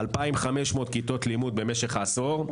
2,500 כיתות לימוד במשך העשור,